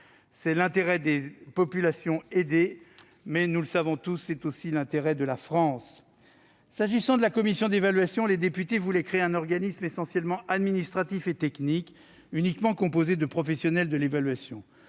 C'est l'intérêt des populations aidées, mais, nous le savons tous, c'est aussi l'intérêt de la France. S'agissant de la commission d'évaluation, les députés voulaient créer un organisme essentiellement administratif et technique, uniquement composé de professionnels de l'évaluation.